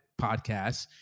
podcasts